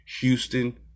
Houston